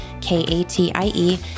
K-A-T-I-E